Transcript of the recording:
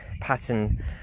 pattern